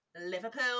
liverpool